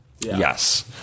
Yes